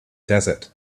desert